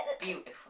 beautiful